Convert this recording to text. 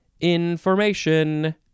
information